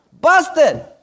Busted